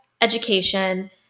education